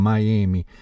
Miami